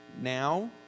now